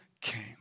came